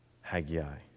Haggai